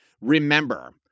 Remember